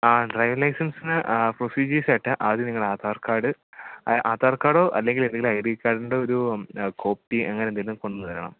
ആ ഡ്രൈവിങ് ലൈസൻസിന് പ്രൊസീജിയെഴ്സായിട്ട് ആദ്യം നിങ്ങൾ ആധാർ കാഡ് ആധാർ കാഡോ അല്ലെങ്കിലെന്തെങ്കിലും ഐ ഡി കാഡിൻ്റൊരൂ കോപ്പി അങ്ങനെന്തെങ്കിലും കൊണ്ട് വരണം